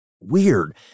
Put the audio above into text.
weird